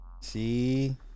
See